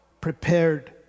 prepared